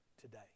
today